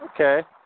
Okay